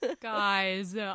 Guys